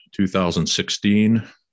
2016